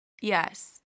Yes